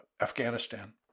Afghanistan